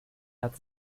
hat